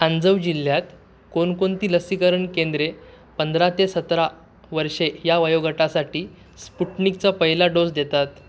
आंजव जिल्ह्यात कोणकोणती लसीकरण केंद्रे पंधरा ते सतरा वर्षे या वयोगटासाठी स्पुटनिकचा पहिला डोस देतात